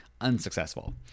unsuccessful